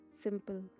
Simple